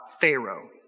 Pharaoh